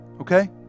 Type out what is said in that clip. okay